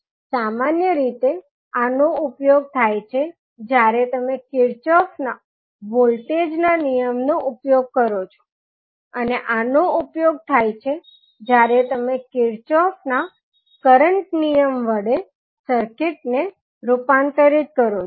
સામાન્ય રીતે આનો ઉપયોગ થાય છે જ્યારે તમે કિર્ચોફ નાં વોલ્ટેજ ના નિયમનો ઉપયોગ કરો છો અનેઆનો ઉપયોગ થાય છે જ્યારે તમે કિર્ચોફ નાં કરંટ ના નિયમ વડે સર્કિટ ને રૂપાંતરિત કરો છો